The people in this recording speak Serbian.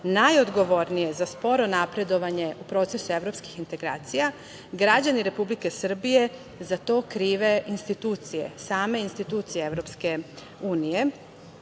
najodgovornije za sporo napredovanje u procesu evropskih integracija, građani Republike Srbije za to krive institucije, same institucije EU.Sa druge